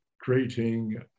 creating